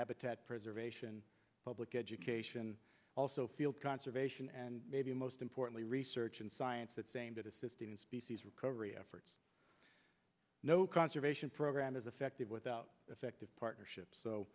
habitat preservation public education also field conservation and maybe most importantly research in science that's aimed at assisting species recovery efforts no conservation program as effective without effective partnerships so